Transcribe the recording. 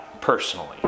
personally